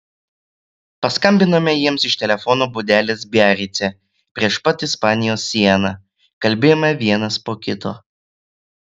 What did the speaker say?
paskambinome jiems iš telefono būdelės biarice prieš pat ispanijos sieną kalbėjome vienas po kito